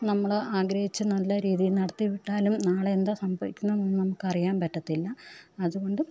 നമ്മൾ ആഗ്രഹിച്ച് നല്ല രീതിയിൽ നടത്തി വിട്ടാലും നാളെ എന്താ സംഭവിക്കുന്നതെന്നൊന്നും നമുക്കറിയാൻ പറ്റത്തില്ല അതുകൊണ്ട്